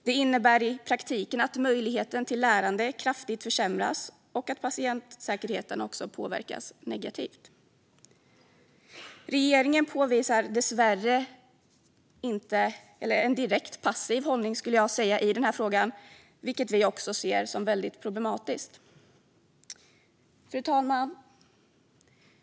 Det innebär i praktiken att möjligheten till lärande kraftigt försämras och att patientsäkerheten påverkas negativt. Regeringen uppvisar dessvärre en direkt passiv hållning i den här frågan, vilket vi ser som väldigt problematiskt. Fru talman!